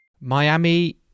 Miami